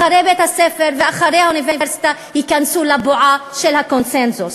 אחרי בית-הספר ואחרי האוניברסיטה ייכנסו לבועה של הקונסנזוס.